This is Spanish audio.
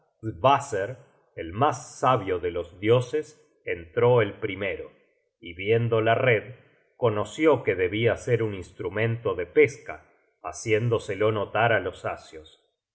la casa qvaser el mas sabio de los dioses entró el primero y viendo la red conoció que debia ser un instrumento de pesca haciéndoselo notar á los asios